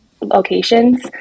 locations